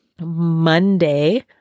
Monday